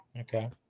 Okay